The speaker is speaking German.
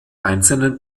einzelnen